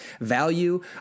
value